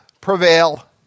prevail